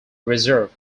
reserve